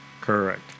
Correct